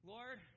Lord